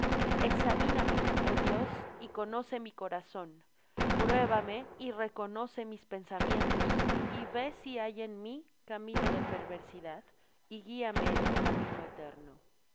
examíname oh dios y conoce mi corazón pruébame y reconoce mis pensamientos y ve si hay en mí camino de perversidad y guíame en el camino eterno